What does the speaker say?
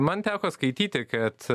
man teko skaityti kad